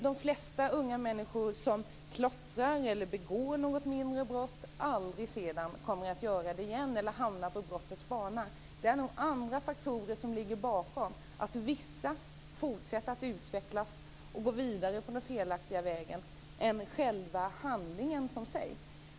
De flesta unga människor som klottrar eller begår något mindre brott kommer sedan aldrig att göra det igen eller hamna på brottets bana. Det är nog mer andra faktorer som ligger bakom att vissa fortsätter att utvecklas och gå vidare på den felaktiga vägen än själva handlingen i sig.